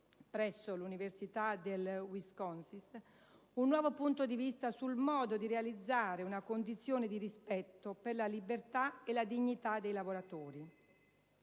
presso l'Università del Wisconsin, un nuovo punto di vista sul modo di realizzare una condizione di rispetto per la libertà e la dignità dei lavoratori.